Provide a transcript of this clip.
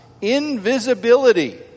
invisibility